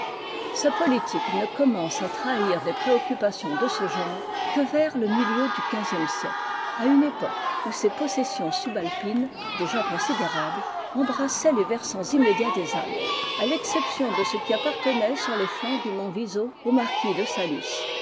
sa politique ne commence à trahir des préoccupations de ce genre que vers le milieu du xv e siècle à une époque où ses possessions subalpines déjà considérables embrassaient les versants immédiats des alpes à l'exception de ce qui appartenait sur les flancs du mont viso aux marquis de saluées